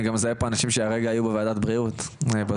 אני גם מזהה פה אנשים שהרגע היו בוועדת בריאות בזום,